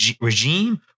regime